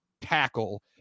tackle